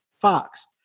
Fox